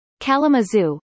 Kalamazoo